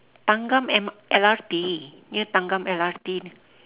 thanggam M~ L_R_T near thanggam L_R_T